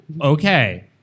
Okay